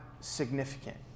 significant